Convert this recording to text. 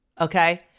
okay